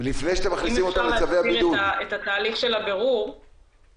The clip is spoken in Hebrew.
הוא יכול לפנות למשרד הבריאות בהשגה.